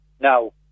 now